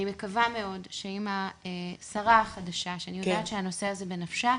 אני מקווה מאוד שעם השרה החדשה שאני יודעת שהנושא הזה בנפשה,